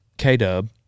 K-Dub